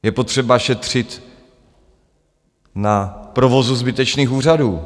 Je potřeba šetřit na provozu zbytečných úřadů.